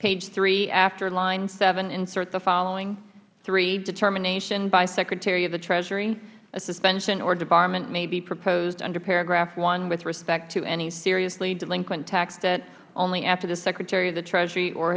page three after line seven insert the following three determination by the secretary of the treasury a suspension or debarment may be proposed under paragraph one with respect to any seriously delinquent tax debt only after the secretary of the treasury or